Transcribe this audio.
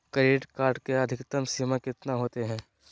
Credit card के अधिकतम सीमा कितना होते?